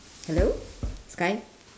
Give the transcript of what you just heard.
hello sky